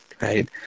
right